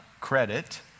credit